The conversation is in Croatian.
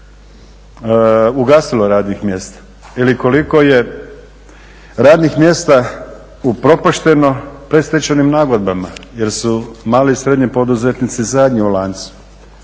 ugasilo radnih mjesta, ili koliko je radnih mjesta upropašteno predstečajnim nagodbama jer su mali i srednji poduzetnici zadnji u lancu.